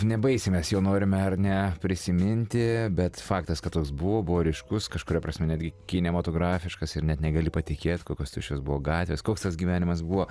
nebaisiai mes jo norime ar ne prisiminti bet faktas kad toks buvo buvo ryškus kažkuria prasme netgi kinematografiškas ir net negali patikėt kokios tuščios buvo gatvės koks tas gyvenimas buvo